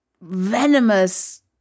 venomous